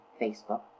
Facebook